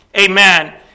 Amen